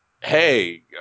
hey